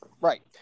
Right